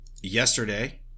yesterday